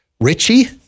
Richie